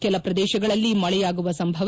ಕೆಲ ಪ್ರದೇಶಗಳಲ್ಲಿ ಮಳೆಯಾಗುವ ಸಂಭವ